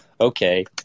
okay